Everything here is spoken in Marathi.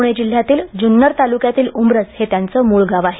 पुणे जिल्ह्यातील जुन्नर तालुक्यातील उंब्रज हे त्यांचे मुळगाव आहे